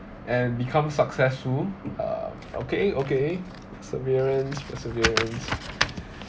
and become successful uh okay okay perseverance perseverance